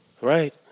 Right